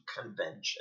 convention